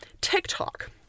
TikTok